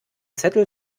zettel